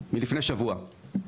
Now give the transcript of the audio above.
מלפני שבוע.